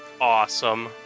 Awesome